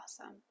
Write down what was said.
awesome